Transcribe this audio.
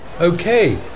Okay